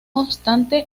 obstante